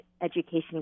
education